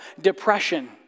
depression